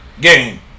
game